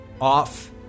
off